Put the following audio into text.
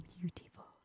beautiful